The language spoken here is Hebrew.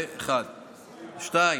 לא הבנו.